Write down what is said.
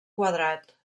quadrat